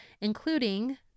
including